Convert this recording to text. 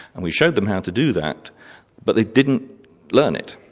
and we showed them how to do that but they didn't learn it,